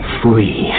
free